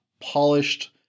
polished